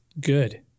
good